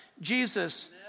Jesus